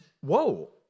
whoa